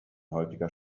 häufiger